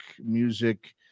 music